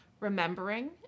Remembering